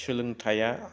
सोलोंथाइया